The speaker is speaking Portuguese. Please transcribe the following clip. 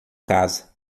casa